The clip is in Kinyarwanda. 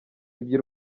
ibyo